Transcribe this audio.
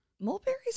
Mulberries